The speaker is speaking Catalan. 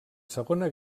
segona